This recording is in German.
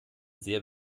sehr